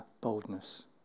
boldness